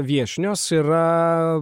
viešnios yra